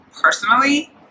personally